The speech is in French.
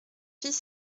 fille